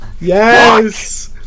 Yes